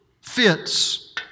fits